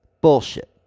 Bullshit